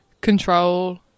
control